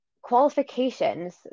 qualifications